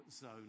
zone